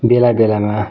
बेला बेलामा